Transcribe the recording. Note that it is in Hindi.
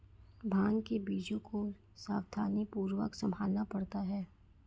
भांग के बीजों को सावधानीपूर्वक संभालना पड़ता है